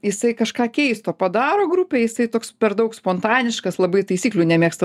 jisai kažką keisto padaro grupėj jisai toks per daug spontaniškas labai taisyklių nemėgsta